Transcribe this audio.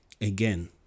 Again